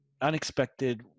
unexpected